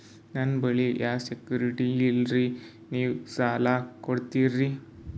ನನ್ನ ಬಳಿ ಯಾ ಸೆಕ್ಯುರಿಟಿ ಇಲ್ರಿ ನೀವು ಸಾಲ ಕೊಡ್ತೀರಿ?